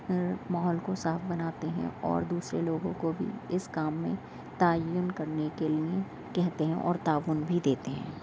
اور ماحول کو صاف بناتے ہیں اور دوسرے لوگوں کو بھی اس کام میں تعین کرنے کے لیے کہتے ہیں اور تعاون بھی دیتے ہیں